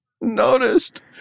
noticed